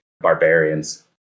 barbarians